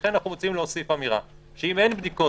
לכן צריך להוסיף אמירה שאם אין בדיקות